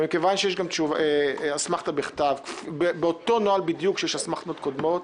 ומכיוון שיש גם אסמכתא בכתב באותו נוהל בדיוק שיש אסמכתאות קודמות,